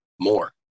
more